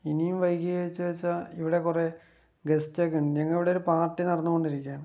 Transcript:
ഇനിയും വൈകിയേച്ചച്ചാൽ ഇവിടെ കുറെ ഗസ്റ്റ് ഒക്കെയുണ്ട് ഞങ്ങളിവിടെ ഒരു പാർട്ടി നടന്നുകൊണ്ടിരിക്കുകയാണ്